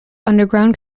underground